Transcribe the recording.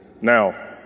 Now